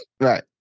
Right